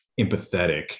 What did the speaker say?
empathetic